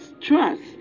trust